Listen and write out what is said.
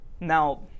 Now